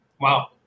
wow